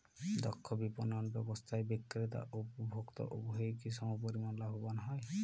দক্ষ বিপণন ব্যবস্থায় বিক্রেতা ও উপভোক্ত উভয়ই কি সমপরিমাণ লাভবান হয়?